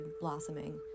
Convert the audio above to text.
blossoming